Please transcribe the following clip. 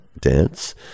dance